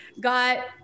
got